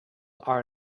are